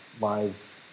live